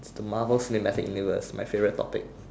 the Marvel cinematic universe my favorite topic